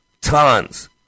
Tons